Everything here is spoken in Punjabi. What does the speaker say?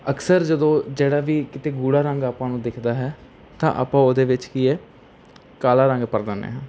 ਅਕਸਰ ਜਦੋਂ ਜਿਹੜਾ ਵੀ ਕਿਤੇ ਗੂੜ੍ਹਾ ਰੰਗ ਆਪਾਂ ਨੂੰ ਦਿਖਦਾ ਹੈ ਤਾਂ ਆਪਾਂ ਉਹਦੇ ਵਿੱਚ ਕੀ ਹੈ ਕਾਲਾ ਰੰਗ ਭਰ ਦਿੰਦੇ ਹਾਂ